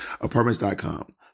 Apartments.com